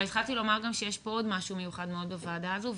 אבל התחלתי לומר גם שיש פה עוד משהו מיוחד מאוד בוועדה הזו,